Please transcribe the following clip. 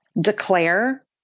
declare